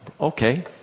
Okay